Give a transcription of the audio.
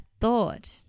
thought